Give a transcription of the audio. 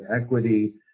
equity